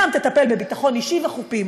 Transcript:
ים תטפל בביטחון אישי וחופים.